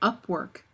Upwork